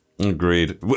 agreed